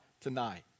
tonight